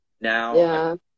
Now